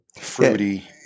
fruity